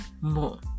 more